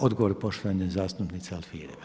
Odgovor poštovane zastupnice Alfirev.